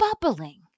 bubbling